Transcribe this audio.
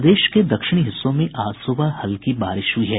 प्रदेश के दक्षिणी हिस्सों में आज सुबह हल्की बारिश हुई है